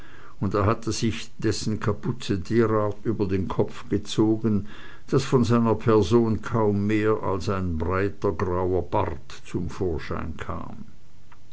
und er hatte sich dessen kapuze derart über den kopf gezogen daß von seiner person kaum mehr als ein breiter grauer bart zum vorschein kam